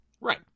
right